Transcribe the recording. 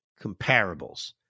comparables